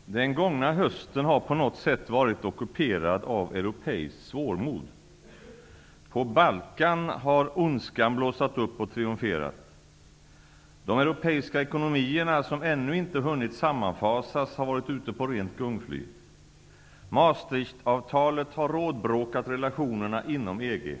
Herr talman! Den gångna hösten har på något sätt varit ockuperad av eruopeiskt svårmod. -- På Balkan har ondskan blossat upp och triumferat. -- De europeiska ekonomierna, som ännu inte hunnit sammanfasas, har varit ute på rent gungfly. -- Maastrichtavtalet har rådbråkat relationerna inom EG.